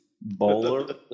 bowler